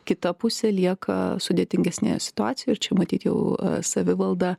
kita pusė lieka sudėtingesnėje situacijoje čia matyt jau savivalda